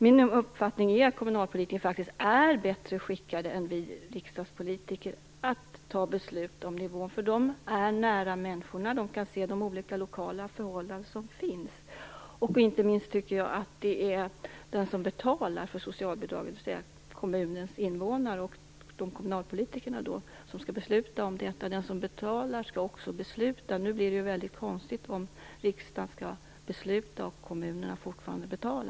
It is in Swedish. Min uppfattning är att kommunalpolitikerna faktiskt är bättre skickade än vi riksdagspolitiker att fatta beslut om nivån. De är nära människorna, och de kan se till de olika lokala förhållanden som finns. Inte minst tycker jag att det är den som betalar för socialbidraget, dvs. kommunens invånare och kommunalpolitikerna, som skall besluta om detta. Den som betalar skall också besluta. Nu blir det väldigt konstigt om riksdagen skall besluta och kommunerna fortfarande betala.